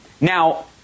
Now